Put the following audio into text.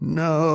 no